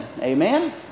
Amen